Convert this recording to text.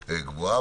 גבוהה,